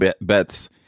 bets